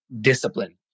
discipline